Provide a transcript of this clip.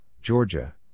Georgia